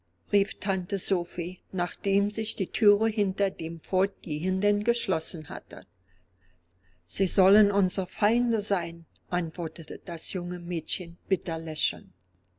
rief tante sophie nachdem sich die thüre hinter dem fortgehenden geschlossen hatte sie sollen unsere feinde sein antwortete das junge mädchen bitter lächelnd